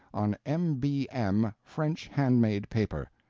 on m b m. french handmade paper.